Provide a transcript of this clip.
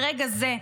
ברגע זה,